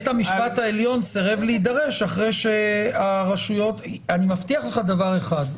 בית המשפט העליון סירב להידרש אחרי שהרשויות אני מבטיח לך דבר אחד,